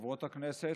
וחברות הכנסת,